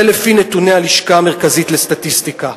זה לפי נתוני הלשכה המרכזית לסטטיסטיקה.